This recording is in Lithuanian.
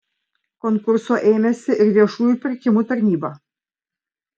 konkurso ėmėsi ir viešųjų pirkimų tarnyba